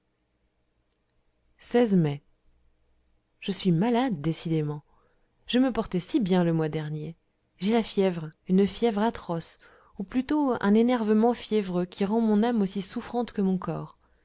mai je suis malade décidément je me portais si bien le mois dernier j'ai la fièvre une fièvre atroce ou plutôt un énervement fiévreux qui rend mon âme aussi souffrante que mon corps